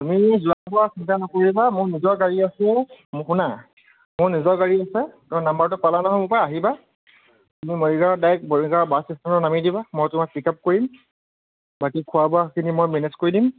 তুমি যোৱা চিন্তা নকৰিবা মোৰ নিজৰ গাড়ী আছে মো শুনা মোৰ নিজৰ গাড়ী আছে তোমাৰ নম্বৰটো পালা নহয় মোৰ পৰা আহিবা মই মৰিগাঁও ডাইক্ট মৰিগাঁও বাছ ষ্টেচনত নামি দিবা মই তোমাক পিক আপ কৰিম বাকী খোৱা বোৱাখিনি মই মেনেজ কৰি দিম